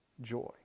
joy